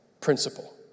principle